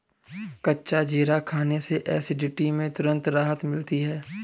कच्चा जीरा खाने से एसिडिटी में तुरंत राहत मिलती है